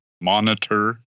monitor